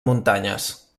muntanyes